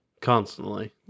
Constantly